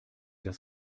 das